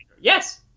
Yes